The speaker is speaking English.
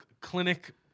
clinic